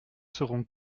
seront